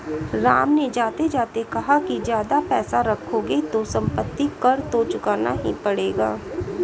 राम ने जाते जाते कहा कि ज्यादा पैसे रखोगे तो सम्पत्ति कर तो चुकाना ही पड़ेगा